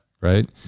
Right